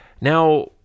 Now